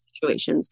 situations